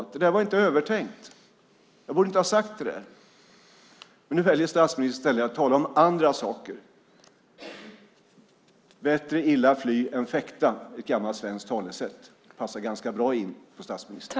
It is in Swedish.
Säg: Det där inte var övertänkt; jag borde inte ha sagt det! Men nu väljer statsministern i stället att tala om andra saker. Bättre fly än illa fäkta, är ett gammalt svenskt talesätt. Det passar ganska bra in på statsministern.